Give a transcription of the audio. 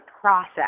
process